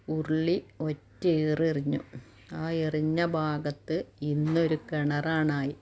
ഉരുളി ഒറ്റ ഏർ എറിഞ്ഞു ആ എറിഞ്ഞ ഭാഗത്ത് ഇന്നൊരു കിണറാണായി